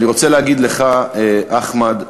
ואני רוצה להגיד לך, אחמד,